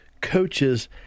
coaches